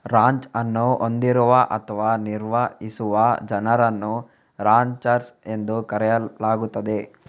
ranch ಅನ್ನು ಹೊಂದಿರುವ ಅಥವಾ ನಿರ್ವಹಿಸುವ ಜನರನ್ನು ರಾಂಚರ್ಸ್ ಎಂದು ಕರೆಯಲಾಗುತ್ತದೆ